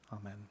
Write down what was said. amen